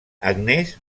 agnès